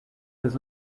his